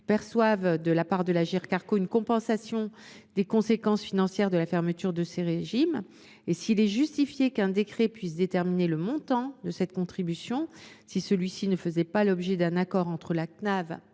perçoive de la part de l’Agirc Arrco une compensation des conséquences financières de la fermeture de ces régimes, et s’il est justifié qu’un décret détermine le montant de cette contribution si celui ci ne faisait pas l’objet d’un accord entre la Cnav